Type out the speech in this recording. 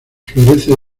florece